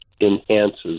enhances